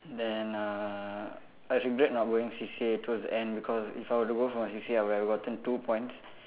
then uh I regret not going C_C_A towards the end because if I were to go for my C_C_A I would have gotten two points